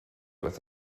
with